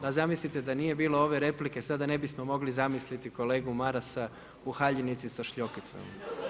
A zamislite da nije bilo ove replike sada ne bismo mogli zamisliti kolegu Marasa u haljinici sa šljokicama.